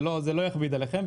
זה לא יכביד עליכם.